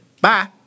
Bye